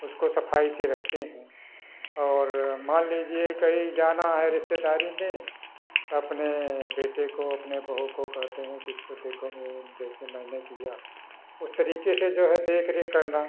उसको सफाई से रखते हैं और मान लीजिए कही जाना है रिश्तेदारी में तो अपने बेटे को अपने बहू को कहते हैं कि इसको देखो मेरे जैसे मैने किया उस तरीके से जो है देख रेख करना